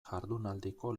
jardunaldiko